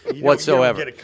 whatsoever